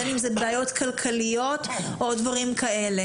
בין אם זה בעיות כלכליות או דברים כאלה.